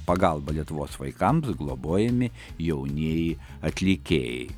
pagalba lietuvos vaikams globojami jaunieji atlikėjai